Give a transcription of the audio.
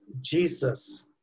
Jesus